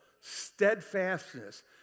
steadfastness